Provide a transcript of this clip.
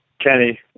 Kenny